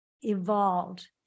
evolved